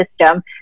system